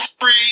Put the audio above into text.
free